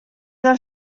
del